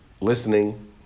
listening